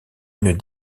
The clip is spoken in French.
une